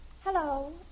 Hello